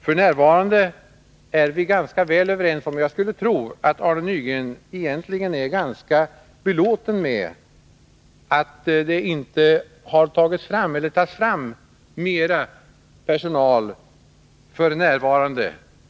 F. n. är vi ganska väl överens, och jag skulle tro att Arne Nygren egentligen är ganska belåten med att det inte tas fram mer personal.